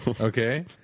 Okay